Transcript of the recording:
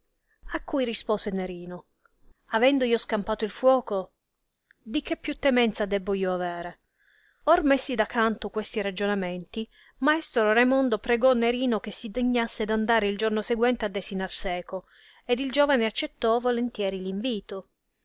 a cui rispose nerino avendo io scampato il fuoco di che più temenza debbo io avere or messi da canto questi ragionamenti maestro raimondo pregò nerino che si dignasse d'andare il giorno seguente a desinar seco ed il giovane accettò volentieri l invito